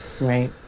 Right